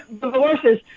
divorces